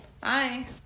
Bye